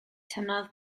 tynnodd